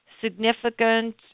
significant